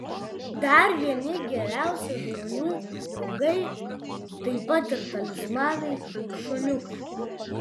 dar vieni geriausi žmonių draugai taip pat ir talismanai šuniukai